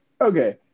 okay